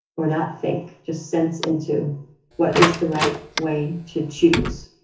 or not think, just sense into what is the right way to choose,